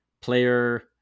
player